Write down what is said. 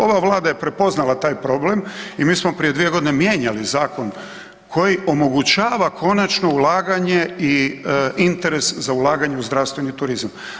Ova Vlada je prepoznala taj problem i mi smo prije 2 godine mijenjali zakon koji omogućava konačno ulaganje i interes za ulaganje u zdravstveni turizam.